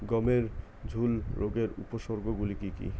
গমের ঝুল রোগের উপসর্গগুলি কী কী?